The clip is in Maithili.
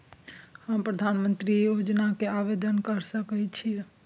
हम प्रधानमंत्री योजना के आवेदन कर सके छीये?